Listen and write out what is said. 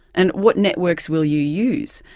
and what networks will you use?